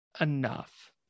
enough